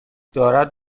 دارد